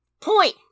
point